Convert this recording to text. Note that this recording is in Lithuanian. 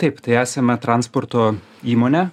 taip tai esame transporto įmonė